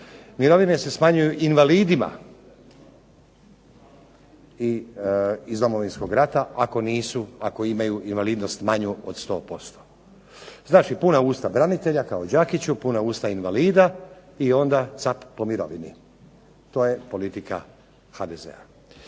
Mirovine se smanjuju invalidima iz Domovinskog rata ako imaju invalidnost manju od 100%. Znači, puna usta branitelja kao Đakiću, puna usta invalida i onda cap po mirovini. To je politika HDZ-a.